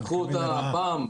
בעבר,